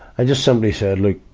i just simply said, look.